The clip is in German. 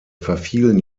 verfielen